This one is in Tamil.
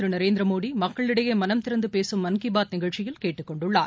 திருநரேந்திரமோடிமக்களிடையேமனம் திறந்துபேசும் மன் கீபாத் நிகழ்ச்சியில் கேட்டுக் கொண்டுள்ளார்